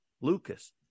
Lucas